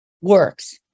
works